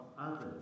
others